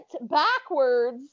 backwards